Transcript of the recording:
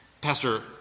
Pastor